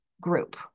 group